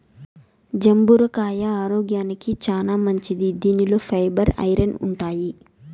జంబూర కాయ ఆరోగ్యానికి చానా మంచిది దీనిలో ఫైబర్, ఐరన్ ఉంటాయి